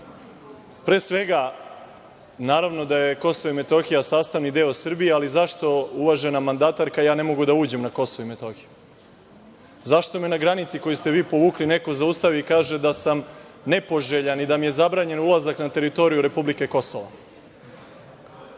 svega, naravno da je Kosovo i Metohija sastavni deo Srbije, ali zašto, uvažena mandatarka, ja ne mogu da uđem na Kosovo i Metohiju? Zašto me na granici koju ste vi povukli neko zaustavi i kaže da sam nepoželjan i da mi je zabranjen ulazak na teritoriju republike Kosova?